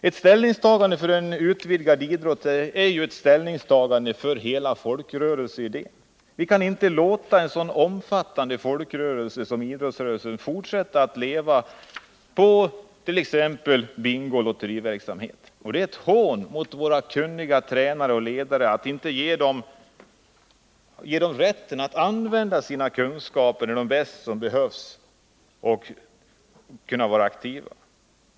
Ett ställningstagande för en utvidgad idrott är också ett ställningstagande för folkrörelseidén. Vi kan inte låta en så omfattande folkrörelse som idrottsrörelsen fortsätta att leva på t.ex. bingooch lotteriverksamhet. Det är ett hån mot våra kunniga tränare och ledare att inte ge dem rätten att använda sina kunskaper där de bäst behövs, dvs. hos de aktiva.